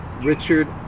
Richard